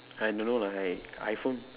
I don't know like iPhone